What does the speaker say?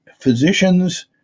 physicians